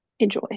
enjoy